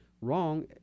wrong